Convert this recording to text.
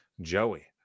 Joey